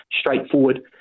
straightforward